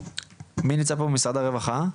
מי נמצא פה ממשרד הרווחה?